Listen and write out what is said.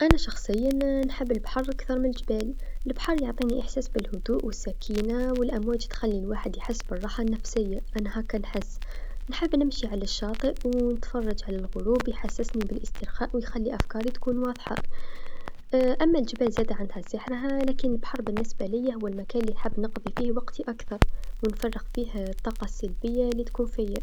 أنا شخصبا نحب البحر كثر من الجبال، البحر يعطيني إحساس بالهدوء و السكينه و الأمواج تخلي الواحد يحس بالراحه النفسيه أنا هكا نحس، نحب نمشي على شاطئ و نتفرج على الغروب يحسسني بالإسترخاء و يخلي أفكاري تكون واضحه أما الجبال زادا عندها سحرها لكن البحر بالنسبه ليا هو المكان لنحب نقضي فيه وقتي أكثر و نفرغ فيه الطاقه السلبيه لتكون فيا.